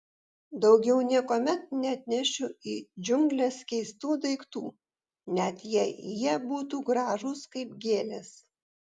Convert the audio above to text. daugiau niekuomet neatnešiu į džiungles keistų daiktų net jei jie būtų gražūs kaip gėlės